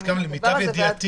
למיטב ידיעתי